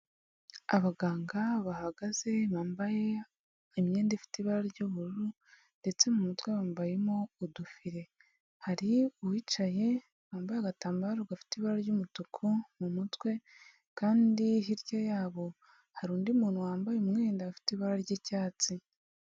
Abaganga bahagaze bambaye imyenda ifite ibara ry'ubururu ndetse mu mutwe bambayemo udufire, hari uwicaye wambaye agatambaro gafite ibara ry'umutuku mu mutwe, kandi hirya yabo hari undi muntu wambaye umwenda ufite ibara ry'icyatsi.